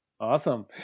Awesome